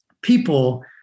people